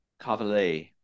Cavalier